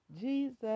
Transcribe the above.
Jesus